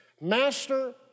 Master